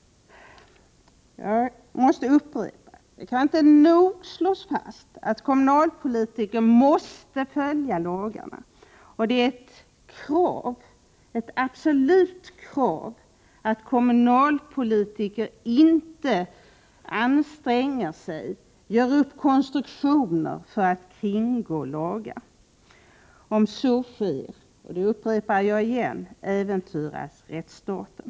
Det kan inte nog ofta slås fast att kommunalpolitiker måste följa lagarna. Det är ett absolut krav att kommunalpolitikerna inte anstränger sig för att skapa konstruktioner för att kringgå lagar. Om så sker — jag upprepar det - äventyras rättsstaten.